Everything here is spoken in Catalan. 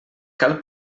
cal